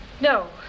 No